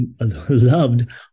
loved